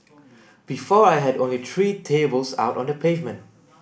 before I had only three tables out on the pavement